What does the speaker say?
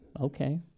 okay